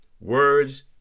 Words